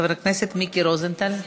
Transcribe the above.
חבר הכנסת מיקי רוזנטל.